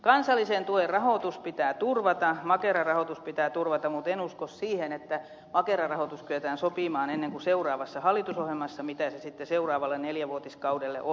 kansallisen tuen rahoitus pitää turvata makera rahoitus pitää turvata mutta en usko siihen että makera rahoitus kyetään sopimaan ennen kuin seuraavassa hallitusohjelmassa mitä se sitten seuraavalle neljävuotiskaudelle on